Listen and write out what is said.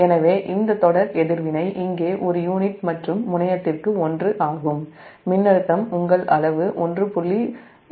எனவே இந்த தொடர் எதிர்வினை இங்கே ஒரு யூனிட் மற்றும் 1 முனையத்திற்கு ஆகும் மின்னழுத்தம் உங்கள் அளவு 1